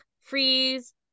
freeze